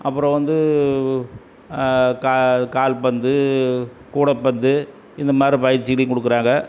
அப்புறம் வந்து கா கால்பந்து கூடைப்பந்து இந்த மாதிரி பயிற்சிகளையும் கொடுக்குறாங்க